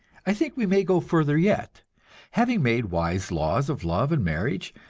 i think we may go further yet having made wise laws of love and marriage,